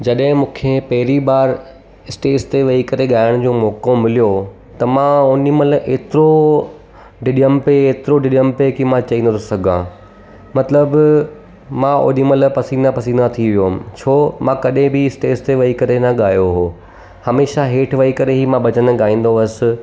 जॾहिं मूंखे पहिरीं बार स्टेज ते वेही करे ॻाइण जो मौक़ो मिलियो त मां ओॾी महिल एतिरो डिॼियमि पए एतिरो डिॼियमि पई की मां चई नथो सघां मतिलबु मां ओॾीमहिल पसीना पसीना थी वियोम छो मां कॾहिं बि स्टेज ते वेही करे न ॻायो हो हमेशा हेठि वेही करे ई मां भॼनु गाईंदो हुअसि